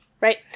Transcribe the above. Right